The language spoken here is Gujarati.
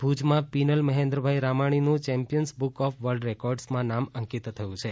ભુજ ભુજમાં પીનલ મહેન્દ્રભાઈ રામાણીનું ચેમ્પીયન્સ બુક ઑફ વર્લ્ડ રેકોર્ડસમાં નામ અંકીત થયું છે